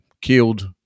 killed